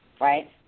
right